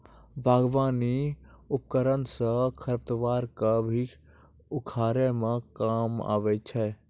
बागबानी उपकरन सँ खरपतवार क भी उखारै म काम आबै छै